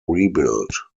rebuilt